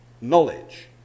knowledge